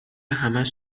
همش